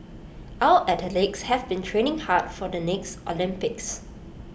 our athletes have been training hard for the next Olympics